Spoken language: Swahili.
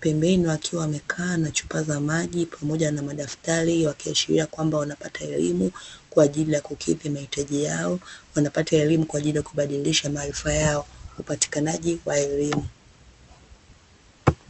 pembeni wakiwa wamekaa na chupa za maji pamoja na madaftari wakiashiria kwamba wanapata elimu kwaajili ya kukidhi mahitaji yao, wanapata elimu kwaajili ya kubadilisha maarifa yao, upatikanaji wa elimu.